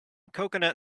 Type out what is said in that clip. coconut